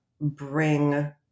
bring